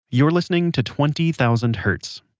you're listening to twenty thousand hertz.